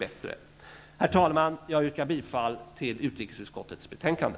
Herr talman! Jag yrkar bifall till hemställan i utrikesutskottets betänkande.